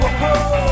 Whoa